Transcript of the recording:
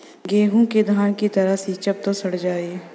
गेंहू के धान की तरह सींचब त सड़ जाई